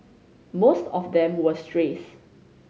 most of them were strays